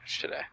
today